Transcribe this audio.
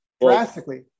drastically